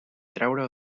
treure